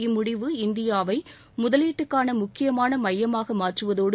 இம்முடிவு இந்தியாவை முதலீட்டுக்கான முக்கியமான மையமாக மாற்றுவதோடு